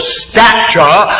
stature